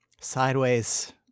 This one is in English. sideways